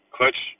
Clutch